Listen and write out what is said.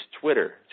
Twitter